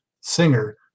singer